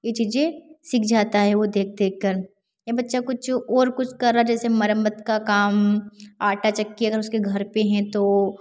यह चीज़ें सीख जाता है वह देख देखकर या बच्चा कुछ और कुछ कर रहा जैसे मरम्मत का काम आटा चक्की अगर उसके घर पर हैं तो